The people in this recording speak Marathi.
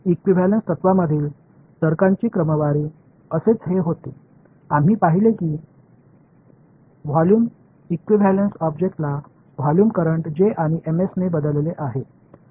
इक्विव्हॅलेंस तत्त्वांमागील तर्कांची क्रमवारी असेच हे होते आम्ही पाहिले की व्हॉल्यूम इक्विव्हॅलेंस ऑब्जेक्टला व्हॉल्यूम करंट J आणि Ms ने बदलले आहे